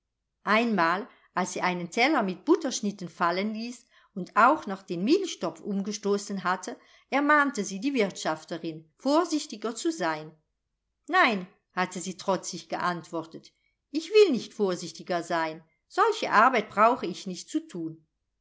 einmal als sie einen teller mit butterschnitten fallen ließ und auch noch den milchtopf umgestoßen hatte ermahnte sie die wirtschafterin vorsichtiger zu sein nein hatte sie trotzig geantwortet ich will nicht vorsichtiger sein solche arbeit brauche ich nicht zu thun